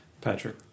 Patrick